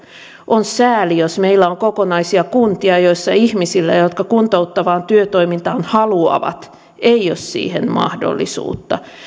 on sääli jos meillä on kokonaisia kuntia joissa ihmisillä jotka kuntouttavaan työtoimintaan haluavat ei ole siihen mahdollisuutta